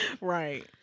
Right